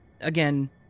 Again